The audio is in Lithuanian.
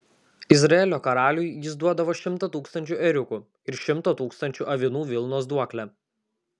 izraelio karaliui jis duodavo šimtą tūkstančių ėriukų ir šimto tūkstančių avinų vilnos duoklę